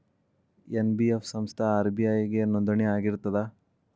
NBF ಸಂಸ್ಥಾ RBI ಗೆ ನೋಂದಣಿ ಆಗಿರ್ತದಾ?